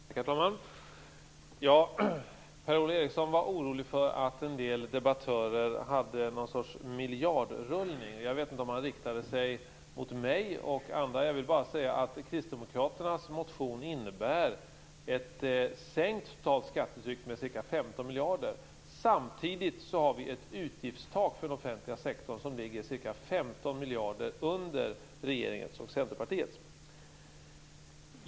Herr talman! Per-Ola Eriksson var orolig för att en del debattörer talade om något slags miljardrullning. Jag vet inte om han riktade sig till mig eller andra. Kristdemokraternas motion innebär en sänkning av skattetrycket med ca 15 miljarder. Samtidigt har vi ett utgiftstak för den offentliga sektorn som ligger ca 15 miljarder under regeringens och Centerpartiets.